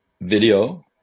video